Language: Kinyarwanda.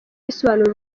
risobanura